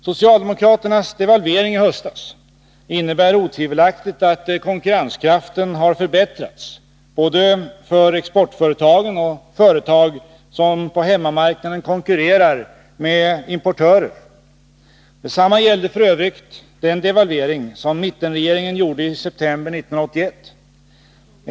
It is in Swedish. Socialdemokraternas devalvering i höstas innebär otvivelaktigt att konkurrenskraften har förbättrats för både exportföretagen och de företag som på hemmamarknaden konkurrerar med importörer. Detsamma gällde f. ö. den devalvering som mittenregeringen gjorde i september 1981.